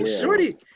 shorty